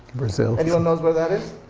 brazil. anyone knows where that is?